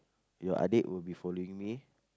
your adik will be following me